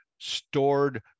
stored